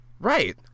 right